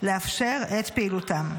לאפשר את פעילותם.